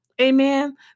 Amen